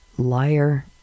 liar